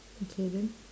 okay then